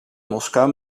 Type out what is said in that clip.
moskou